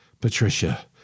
Patricia